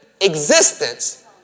existence